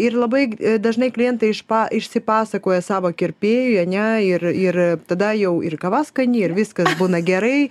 ir labai dažnai klientai išpa išsipasakoja savo kirpėjui ane ir ir tada jau ir kava skani ir viskas būna gerai